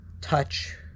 touch